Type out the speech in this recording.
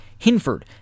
Hinford